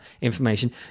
information